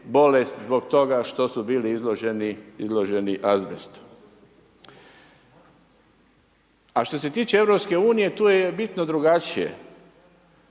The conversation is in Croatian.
bolest zbog toga što su bili izloženi azbestu. A što se tiče Europske unije, tu je bitno drugačije.